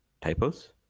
typos